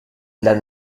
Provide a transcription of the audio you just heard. las